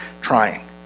trying